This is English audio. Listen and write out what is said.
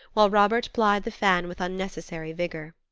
while robert plied the fan with unnecessary vigor.